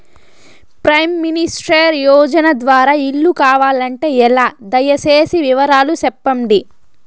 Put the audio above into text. Prime minister యోజన ద్వారా ఇల్లు కావాలంటే ఎలా? దయ సేసి వివరాలు సెప్పండి?